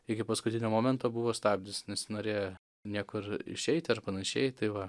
iki paskutinio momento buvo stabdis nesinorėjo niekur išeiti ar panašiai tai va